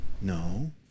No